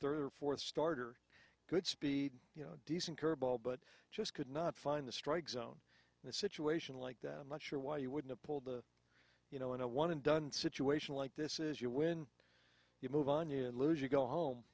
third or fourth starter goodspeed you know a decent curveball but just could not find the strike zone in a situation like that i'm not sure why you wouldn't pull the you know in a one and done situation like this is you when you move on you lose you go home